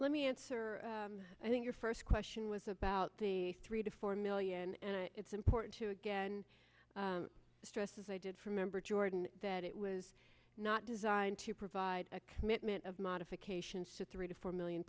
let me answer i think your first question was about the three to four million and it's important to again stress as i did from member jordan that it was not designed to provide a commitment of modifications to three to four million